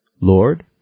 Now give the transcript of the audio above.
Lord